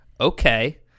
okay